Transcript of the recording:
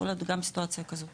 יכולה להיות גם סיטואציה כזאת.